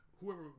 whoever